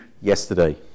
yesterday